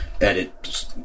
edit